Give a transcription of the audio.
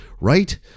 right